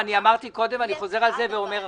אמרתי קודם ואני חוזר על זה עכשיו.